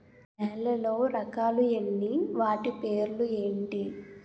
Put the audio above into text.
నేలలో రకాలు ఎన్ని వాటి పేర్లు ఏంటి?